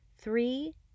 Three